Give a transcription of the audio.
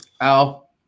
Al